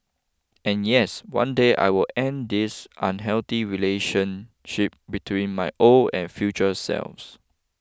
and yes one day I will end this unhealthy relationship between my old and future selves